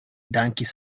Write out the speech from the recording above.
dankis